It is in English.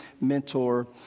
mentor